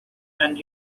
and